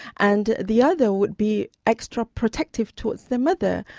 and the other would be extra-protective towards their mother.